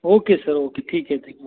okay sir okay ठीक आहे